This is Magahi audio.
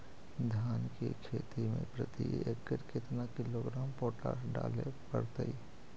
धान की खेती में प्रति एकड़ केतना किलोग्राम पोटास डाले पड़तई?